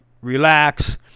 relax